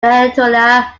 ayatollah